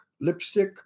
lipstick